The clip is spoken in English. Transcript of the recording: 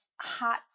hot